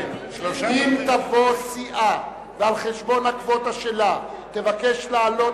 אם תבוא סיעה ועל-חשבון הקווטה שלה תבקש להעלות